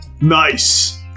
nice